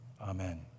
Amen